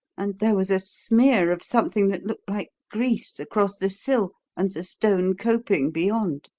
and there was a smear of something that looked like grease across the sill and the stone coping beyond.